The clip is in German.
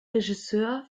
regisseur